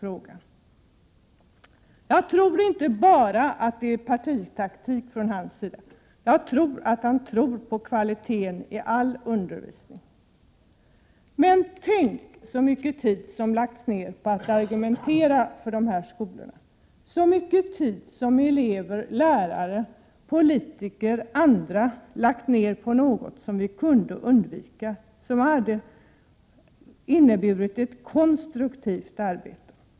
19 maj 1988 Jag tror att det inte bara är fråga om partitaktik från hans sida, utan han Anslag till fristående tror nog på kvaliteten i all undervisning. Men tänk så mycket tid som har : E e skolor på gymnasial ägnats åt att argumentera för dessa skolor! Tänk så mycket tid elever, lärare, Mivå: AR Ht politiker och andra har ägnat denna fråga. Det hade ju varit bättre om mani stället hade kunnat ägna sig åt ett konstruktivt arbete.